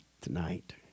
tonight